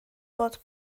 bod